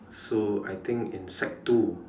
so I think in sec two